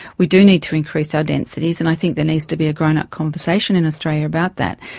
we do need to increase our densities, and i think there needs to be a grown-up conversation in australia about that.